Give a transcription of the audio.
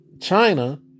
China